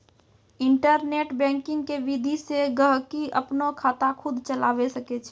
internet banking के विधि से गहकि अपनो खाता खुद चलावै सकै छै